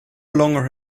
longer